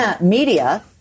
media